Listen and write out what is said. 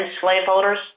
slaveholders